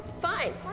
Fine